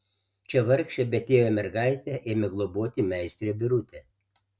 čia vargšę betėvę mergaitę ėmė globoti meistrė birutė